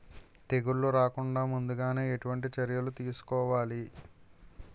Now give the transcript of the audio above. తెగుళ్ల రాకుండ ముందుగానే ఎటువంటి చర్యలు తీసుకోవాలి?